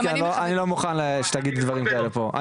כי אני לא מוכן שתגידי דברים כאלה פה.